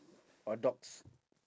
or dogs